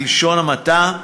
בלשון המעטה,